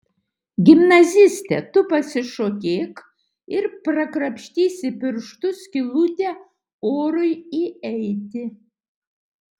gimnaziste tu pasišokėk ir prakrapštysi pirštu skylutę orui įeiti